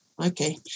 Okay